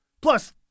Plus